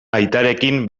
aitarekin